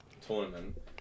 tournament